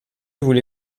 voulez